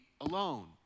alone